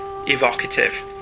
Evocative